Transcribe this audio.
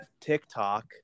TikTok